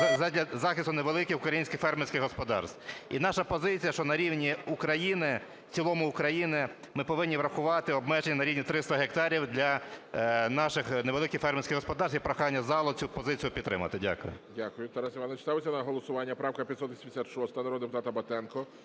захисту невеликих українських фермерських господарств. І наша позиція, що на рівні України, в цілому України ми повинні врахувати обмеження на рівні 300 гектарів для наших невеликих фермерських господарств. І прохання залу цю позицію підтримати. Дякую.